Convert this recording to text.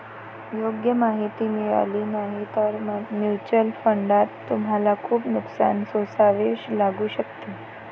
योग्य माहिती मिळाली नाही तर म्युच्युअल फंडात तुम्हाला खूप नुकसान सोसावे लागू शकते